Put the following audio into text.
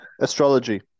astrology